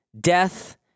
death